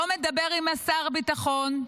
לא מדבר עם שר הביטחון.